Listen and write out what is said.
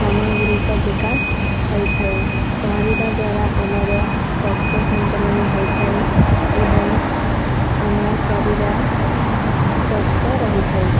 ସାମଗ୍ରିକ ବିକାଶ ହୋଇଥାଏ ପହଁରିବା ଦ୍ୱାରା ଆମର ରକ୍ତ ସଞ୍ଚାଳନ ହୋଇଥାଏ ଏବଂ ଆମ ଶରୀର ସ୍ୱାସ୍ଥ୍ୟ ରହିଥାଏ